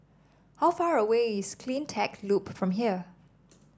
how far away is CleanTech Loop from here